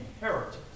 inheritance